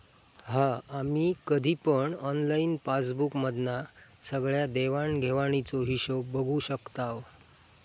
हा आम्ही कधी पण ऑनलाईन पासबुक मधना सगळ्या देवाण घेवाणीचो हिशोब बघू शकताव